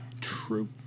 true